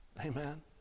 Amen